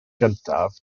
gyntaf